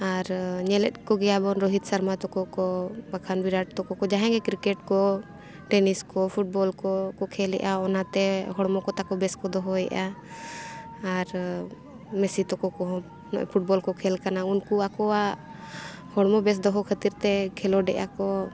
ᱟᱨ ᱧᱮᱞᱮᱫ ᱠᱚᱜᱮᱭᱟᱵᱚᱱ ᱨᱳᱦᱤᱛ ᱥᱚᱨᱢᱟ ᱛᱟᱠᱚ ᱠᱚ ᱵᱟᱠᱷᱟᱱ ᱵᱤᱨᱟᱴ ᱛᱟᱠᱚ ᱠᱚ ᱡᱟᱦᱟᱸᱭ ᱜᱮ ᱠᱨᱤᱠᱮᱴ ᱠᱚ ᱴᱮᱱᱤᱥ ᱠᱚ ᱯᱷᱩᱴᱵᱚᱞ ᱠᱚ ᱠᱷᱮᱞᱮᱜᱼᱟ ᱚᱱᱟᱛᱮ ᱦᱚᱲᱢᱚ ᱠᱚ ᱛᱟᱠᱚ ᱵᱮᱥ ᱠᱚ ᱫᱚᱦᱚᱭᱮᱜᱼᱟ ᱟᱨ ᱢᱮᱥᱤ ᱛᱩᱠᱩ ᱠᱚᱦᱚᱸ ᱱᱚᱜᱼᱚᱭ ᱯᱷᱩᱴᱵᱚᱞ ᱠᱚ ᱠᱷᱮᱞ ᱠᱟᱱᱟ ᱩᱱᱠᱩ ᱟᱠᱚᱣᱟᱜ ᱦᱚᱲᱢᱚ ᱵᱮᱥ ᱫᱚᱦᱚ ᱠᱷᱟᱹᱛᱤᱨ ᱛᱮ ᱠᱷᱮᱞᱳᱰ ᱮᱫᱼᱟ ᱠᱚ